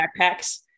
backpacks